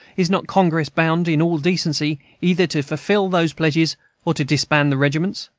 is not congress bound, in all decency, either to fulfill those pledges or to disband the regiments?